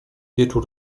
wieczór